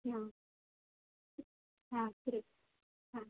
हां हां ठीक हां